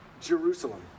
Jerusalem